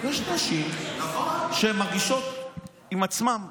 יש נשים שמרגישות טוב עם עצמן,